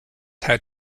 had